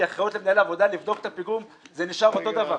כי האחריות למנהל העבודה לבדוק את הפיגום זה נשאר אותו דבר.